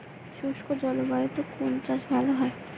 শুষ্ক জলবায়ুতে কোন চাষ ভালো হয়?